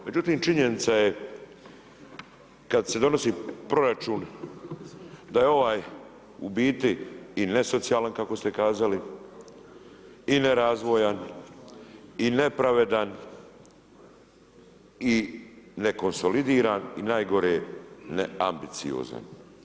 Međutim, činjenica je kad se donosi proračun, da je ovaj u biti i nesocijalan kako ste kazali i nerazvojan i nepravedan i nekonsolidiran i najgore neambiciozan.